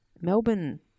Melbourne